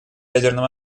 ядерным